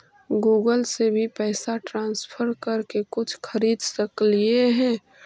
Google से भी पैसा ट्रांसफर कर के कुछ खरिद सकलिऐ हे?